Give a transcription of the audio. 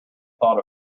thought